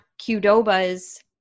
Qdoba's